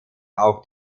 auch